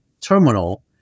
terminal